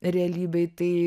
realybėj tai